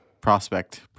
prospect